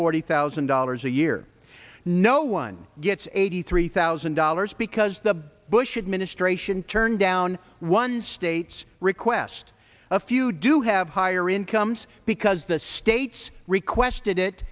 forty thousand dollars a year no one gets eighty three thousand dollars because the bush administration turned down one state's request a few do have higher incomes because the states requested it